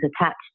attached